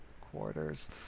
quarters